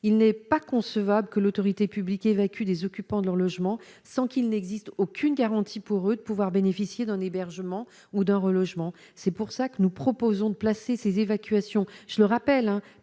il n'est pas concevable que l'autorité publique évacue des occupants de leur logement, sans qu'il n'existe aucune garantie pour eux de pouvoir bénéficier d'un hébergement ou d'un relogement, c'est pour ça que nous proposons de placer ces évacuations, je le rappelle,